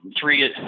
three